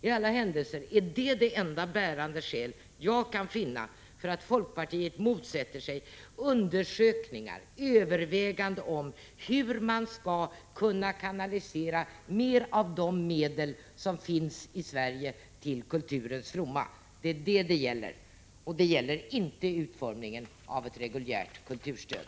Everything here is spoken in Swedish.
I alla händelser är detta det enda bärande skäl som jag kan finna för att folkpartiet motsätter sig undersökningar och överväganden om hur man skall kunna kanalisera mer av de medel som finns i Sverige till kulturens fromma. Det är vad det gäller, inte utformningen av ett reguljärt kulturstöd.